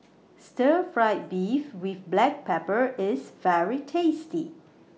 Stir Fried Beef with Black Pepper IS very tasty